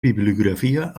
bibliografia